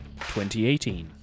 2018